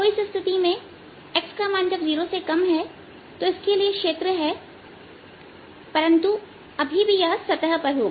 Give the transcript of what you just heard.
इसलिए इस स्थिति में x0 के लिए क्षेत्र है तो इस तरफ परंतु अभी भी सतह पर होगा